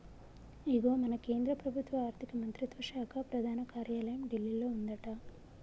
ఇగో మన కేంద్ర ప్రభుత్వ ఆర్థిక మంత్రిత్వ శాఖ ప్రధాన కార్యాలయం ఢిల్లీలో ఉందట